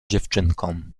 dziewczynkom